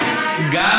לצהרונים.